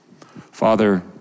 Father